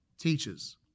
teachers